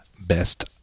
Best